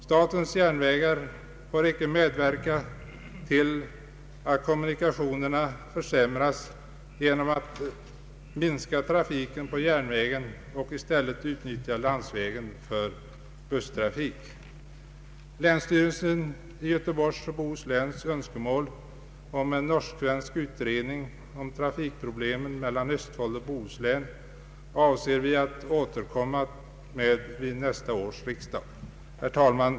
Statens järnvägar får inte medverka till att kommunikationerna försämras genom att minska Länsstyrelsens i Göteborgs och Bohus län önskemål om en norsk-svensk utredning beträffande trafiken mellan Östfold och Bohuslän avser vi att återkomma till vid nästa års riksdag. Herr talman!